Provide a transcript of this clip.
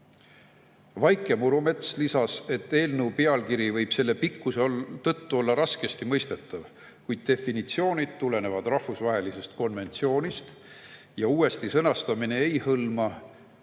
Vaike Murumets lisas, et eelnõu pealkiri võib selle pikkuse tõttu olla raskesti mõistetav, kuid definitsioonid tulenevad rahvusvahelisest konventsioonist ja uuesti sõnastamine ei hõlma